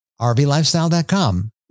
rvlifestyle.com